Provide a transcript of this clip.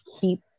keep